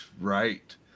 right